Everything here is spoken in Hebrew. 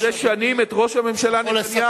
אני מכיר זה שנים את ראש הממשלה נתניהו.